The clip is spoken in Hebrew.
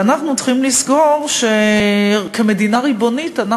ואנחנו צריכים לזכור שכמדינה ריבונית אנחנו